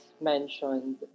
mentioned